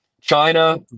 China